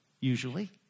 usually